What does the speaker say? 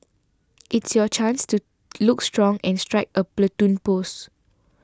it's your chance to look strong and strike a Platoon pose